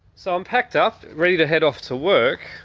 so i'm packed up ready to head off to work.